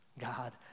God